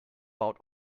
baut